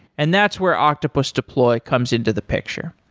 and that's where octopus deploy comes into the picture.